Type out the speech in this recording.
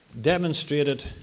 demonstrated